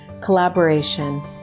collaboration